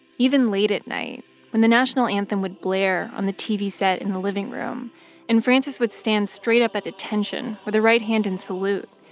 even late at night when the national anthem would blare on the tv set in the living room and frances would stand straight up at attention with her right hand in salute,